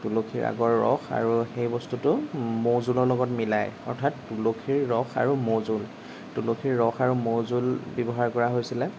তুলসীৰ আগৰ ৰস আৰু সেই বস্তুটো মৌ জোলৰ লগত মিলাই অৰ্থাৎ তুলসীৰ ৰস আৰু মৌজোল তুলসীৰ ৰস আৰু মৌজোল ব্যৱহাৰ কৰা হৈছিলে